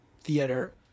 theater